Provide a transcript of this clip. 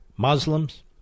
Muslims